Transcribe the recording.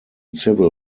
civil